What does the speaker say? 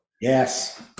Yes